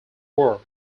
war